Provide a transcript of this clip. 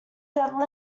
setting